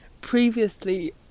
previously